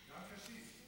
גם קשישים.